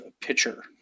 pitcher